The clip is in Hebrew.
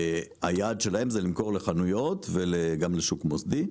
היעד שלהם זה למכור לחנויות וגם לשוק מוסדי.